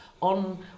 On